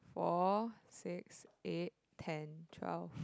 four six eight ten twelve